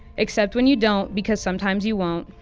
except when you don't. because sometimes you won't.